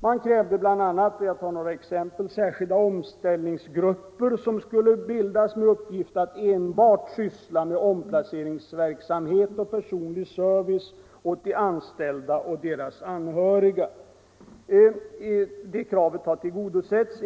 Man krävde bl.a. att särskilda omställningsgrupper skulle bildas med uppgift att uteslutande syssla med omplaceringsverksamhet och personlig service åt de anställda och deras anhöriga. Det kravet har tillgodosetts.